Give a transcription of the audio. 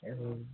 औ